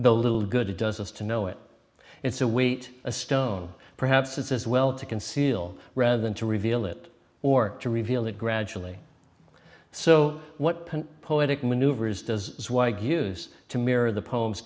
the little good it does us to know it it's a wheat a stone perhaps it's as well to conceal rather than to reveal it or to reveal it gradually so what poetic maneuvers does is why use to mirror the poems